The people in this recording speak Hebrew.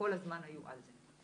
כל הזמן היו על זה.